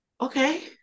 okay